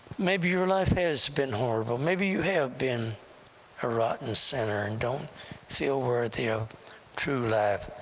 maybe your life has been horrible, maybe you have been a rotten sinner and don't feel worthy of true life,